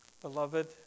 Beloved